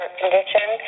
condition